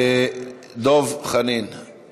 דב חנין,